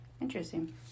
Interesting